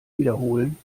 wiederholen